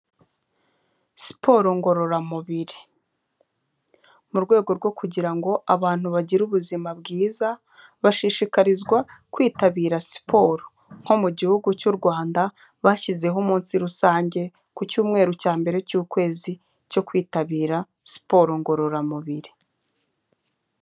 Siporo ngororamubiri, mu rwego rwo kugira ngo abantu bagire ubuzima bwiza bashishikarizwa kwitabira siporo, nko mu gihugu cy'u Rwanda, bashyizeho umunsi rusange ku cyumweru cya mbere cy'ukwezi cyo kwitabira siporo ngororamubiri.